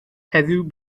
heddiw